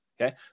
Okay